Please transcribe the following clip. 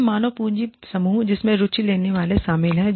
यह मानव पूंजी समूह जिसमें रुचि लेने वाले शामिल हैं